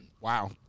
Wow